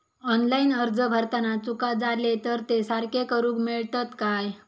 Online अर्ज भरताना चुका जाले तर ते सारके करुक मेळतत काय?